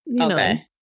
Okay